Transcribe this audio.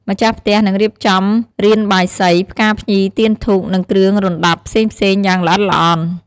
ម្ចាស់ផ្ទះនឹងរៀបចំរានបាយសី ផ្កាភ្ញី ទៀនធូប និងគ្រឿងរណ្ដាប់ផ្សេងៗយ៉ាងល្អិតល្អន់។